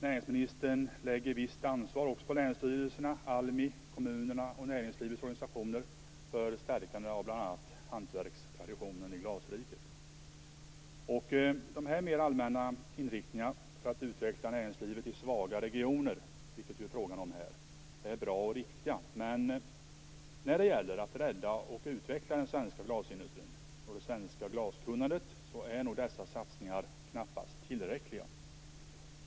Näringsministern lägger ett visst ansvar också på länsstyrelserna, ALMI, kommunerna och näringslivets organisationer för stärkande av bl.a. hantverkstraditionen i glasriket. Dessa mer allmänna inriktningar för att utveckla näringslivet i svaga regioner, vilket det är fråga om här, är bra och riktiga. Men när det gäller att rädda och utveckla den svenska glasindustrin och det svenska glaskunnandet är nog dessa satsningar knappast tillräckliga.